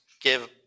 give